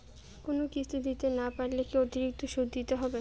কোনো কিস্তি দিতে না পারলে কি অতিরিক্ত সুদ দিতে হবে?